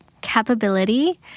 capability